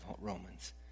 Romans